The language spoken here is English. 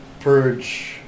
Purge